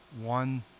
one